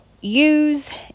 use